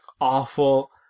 awful